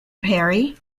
perry